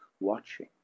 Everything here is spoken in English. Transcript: watching